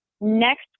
next